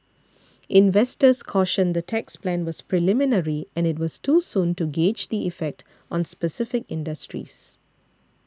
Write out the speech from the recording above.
investors cautioned the tax plan was preliminary and it was too soon to gauge the effect on specific industries